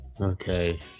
Okay